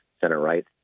center-right